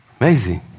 Amazing